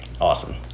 awesome